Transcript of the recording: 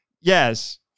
Yes